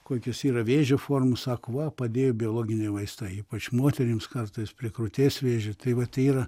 kokios yra vėžio formos sako va padėjo biologiniai vaistai ypač moterims kartais prie krūties vėžio tai va tai yra